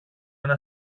ένα